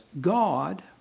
God